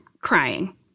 crying